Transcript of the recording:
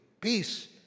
peace